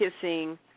kissing